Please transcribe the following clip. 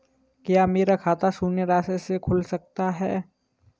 क्या मेरा खाता शून्य राशि से खुल सकता है?